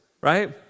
right